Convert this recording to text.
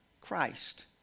Christ